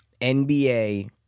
NBA